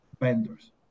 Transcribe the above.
vendors